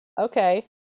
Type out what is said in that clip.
Okay